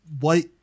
white